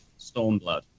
Stormblood